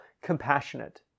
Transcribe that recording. compassionate